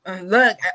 Look